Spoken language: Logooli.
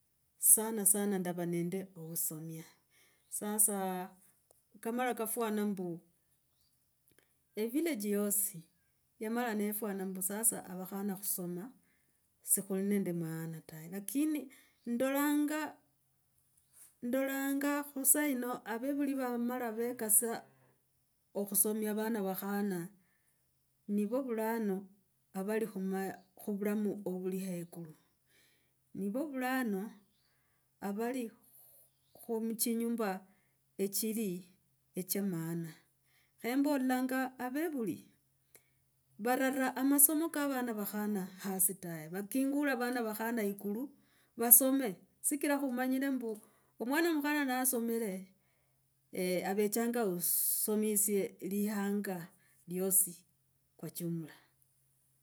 Sanasana ndava nende ovusonia, sasa kamala kafunza mbu evillage esi yamala nefwana ombu sasa avakhana khusoma sikhuli nende maana tawe. Lakini ndalanga, ndalanga khusaa yino avevuli vamala vekasa okhusomia avana vakhama niva vulano avali khuma, khuvulamu ovlihe ikulu. Niva vulana vali muchinyumba echili, oha maana. Kho embolanga avevuli, varara amasomo ka avana vakhana hasi tawe, vakingulo vana vakhana ikulu vasome sikra khumanyire mbu omwana mukhana na asomere avechanga osomisie lihanga iyosi kwa jumla.